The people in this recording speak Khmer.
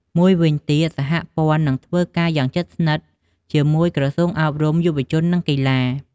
មួយវិញទៀតសហព័ន្ធនឹងធ្វើការយ៉ាងជិតស្និទ្ធជាមួយក្រសួងអប់រំ យុវជន និងកីឡា។